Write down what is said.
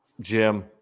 Jim